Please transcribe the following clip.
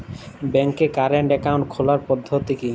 ব্যাংকে current account খোলার পদ্ধতি কি?